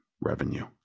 revenue